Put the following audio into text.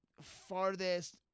farthest